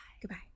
Goodbye